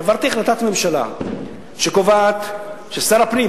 העברתי החלטת ממשלה שקובעת ששר הפנים,